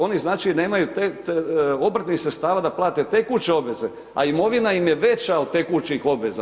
Oni znači nemaju obrtnih sredstava da plate tekuće obveze a imovina im je veća od tekućih obveza.